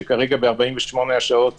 שב-36 השעות